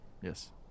Yes